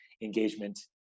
engagement